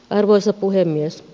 arvoisa puhemies